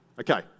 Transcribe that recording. Okay